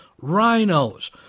rhinos